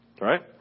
right